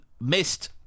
missed